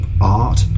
art